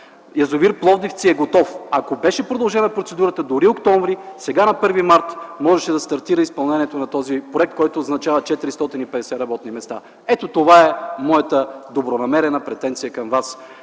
Язовир „Пловдивци” е готов. Ако беше продължена процедурата дори през м. октомври, сега на 1 март можеше да стартира изпълнението на този проект, което означава 450 работни места. Ето това е моята добронамерена претенция към Вас.